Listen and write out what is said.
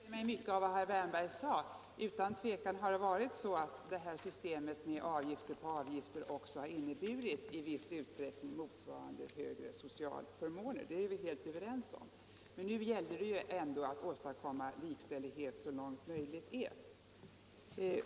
Herr talman! Jag kan instämma i mycket av vad herr Wärnberg sade. Utan tvivel har systemet med avgifter på avgifter i viss utsträckning inneburit motsvarande högre socialförmåner. Det är vi helt överens om. Men nu gällde det ändå att åstadkomma likställdhet så långt möjligt är.